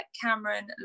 Cameron